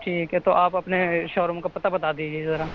ٹھیک ہے تو آپ اپنے شو روم کا پتا بتا دیجیے ذرا